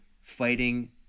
fighting